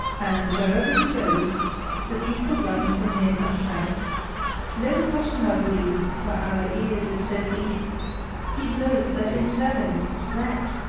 and wherever he goes the people run from him and shout no cotton have we for our ears if so be he blow that interminous snout!